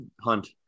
hunt